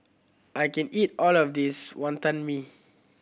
I can eat all of this Wonton Mee